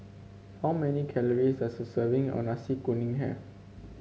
how many calories does a serving of Nasi Kuning have